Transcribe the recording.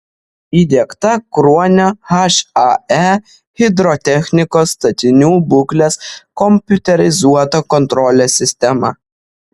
įdiegta kruonio hae hidrotechnikos statinių būklės kompiuterizuota kontrolės sistema